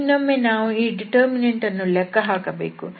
ಇನ್ನೊಮ್ಮೆ ನಾವು ಈ ಡಿಟರ್ಮಿನಂಟ್ ಅನ್ನು ಲೆಕ್ಕ ಹಾಕಬೇಕು